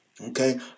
okay